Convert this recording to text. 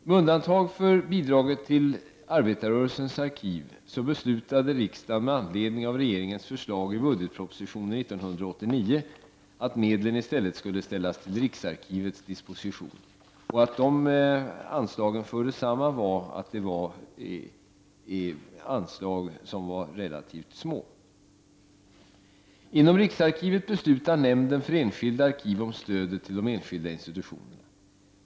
Med undantag för bidraget till Arbetarrörelsens arkiv beslutade riksdagen med anledning av regeringens förslag i budgetpropositionen 1989 att medlen i stället skulle ställas till riksarkivets disposition. Att dessa anslag fördes samman berodde på att anslagen var relativt små. Inom riksarkivet beslutar nämnden för enskilda arkiv om stödet till de enskilda institutionerna.